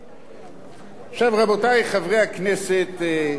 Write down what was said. רבותי חברי הכנסת של מפלגת העבודה,